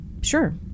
Sure